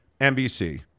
NBC